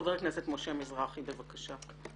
חבר הכנסת משה מזרחי, בבקשה.